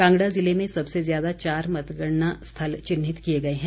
कांगड़ा जिले में सबसे ज्यादा चार मतगणना स्थल चिन्हित किए गए हैं